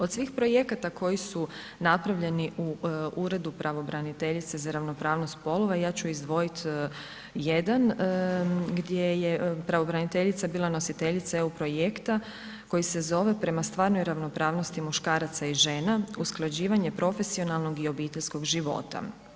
Od svih projekata koji su napravljeni u Uredu pravobraniteljice za ravnopravnost spolova, ja ću izdvojit jedan gdje je pravobraniteljica bila nositeljica EU projekta koji se zove „Prema stvarnoj ravnopravnosti muškaraca i žena – usklađivanje profesionalnog i obiteljskog života“